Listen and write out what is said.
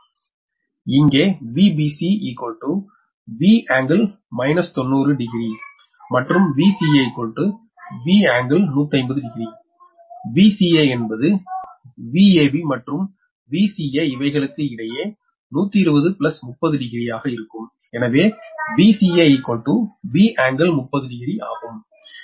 எனவே இங்கே Vbc V∟ 90 degree மற்றும் Vca V∟150 டிகிரி Vca என்பது Vab மற்றும் Vca இவைகளுக்கு இடையே 1200300 டிகிரி யாக இருக்கும் எனவே Vca V∟150 டிகிரி ஆகும்